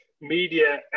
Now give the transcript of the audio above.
media